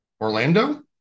Orlando